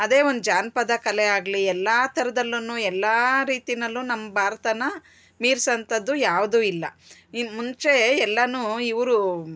ಅದೆ ಒಂದು ಜಾನಪದ ಕಲೆ ಆಗಲಿ ಎಲ್ಲ ಥರದಲ್ಲೂ ಎಲ್ಲ ರೀತಿನಲ್ಲೂ ನಮ್ಮ ಭಾರತ ಮೀರ್ಸೊ ಅಂಥದ್ದು ಯಾವುದು ಇಲ್ಲ ಈ ಮುಂಚೆ ಎಲ್ಲ ಇವರು